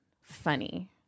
funny